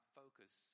focus